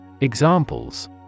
Examples